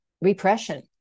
repression